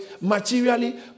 materially